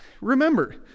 Remember